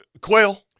Quail